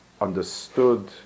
understood